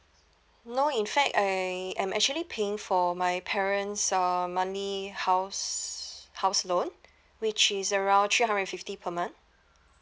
no in fact I am actually paying for my parents uh money house house loan which is around three hundred fifty per month